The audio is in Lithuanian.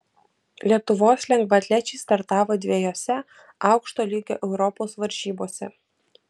lietuvos lengvaatlečiai startavo dviejose aukšto lygio europos varžybose